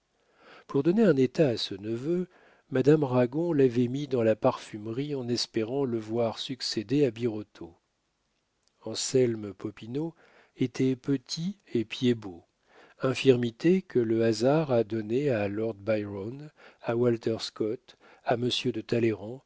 pour donner un état à son neveu madame ragon l'avait mis dans la parfumerie en espérant le voir succéder à birotteau anselme popinot était petit et pied-bot infirmité que le hasard a donnée à lord byron à walter scott à monsieur de